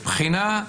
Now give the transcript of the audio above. בחינה,